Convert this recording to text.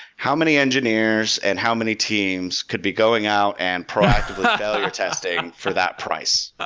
how many engineers and how many teams could be going out and proactively failure testing for that price?